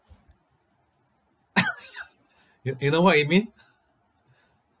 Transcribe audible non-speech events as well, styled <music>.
<coughs> you you know what it mean <laughs>